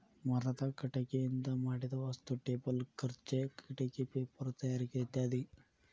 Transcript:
ಮರದ ಕಟಗಿಯಿಂದ ಮಾಡಿದ ವಸ್ತು ಟೇಬಲ್ ಖುರ್ಚೆ ಕಿಡಕಿ ಪೇಪರ ತಯಾರಿಕೆ ಇತ್ಯಾದಿ